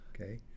Okay